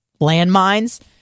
landmines